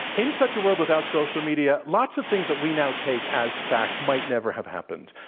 in such a world without social media, lots of things that we now take as fact might never have happened.